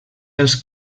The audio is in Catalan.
els